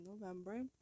November